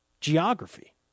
geography